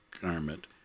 garment